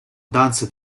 abbondanza